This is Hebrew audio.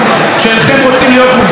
שאינכם רוצים להיות מובטלים,